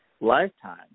lifetime